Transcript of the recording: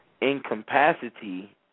incapacity